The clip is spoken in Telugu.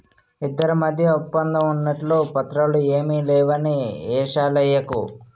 ఇద్దరి మధ్య ఒప్పందం ఉన్నట్లు పత్రాలు ఏమీ లేవని ఏషాలెయ్యకు